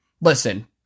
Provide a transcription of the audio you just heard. Listen